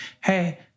hey